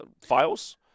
files